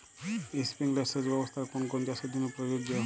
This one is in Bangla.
স্প্রিংলার সেচ ব্যবস্থার কোন কোন চাষের জন্য প্রযোজ্য?